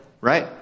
right